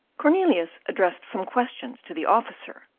cornelius addressed some questions to the officer,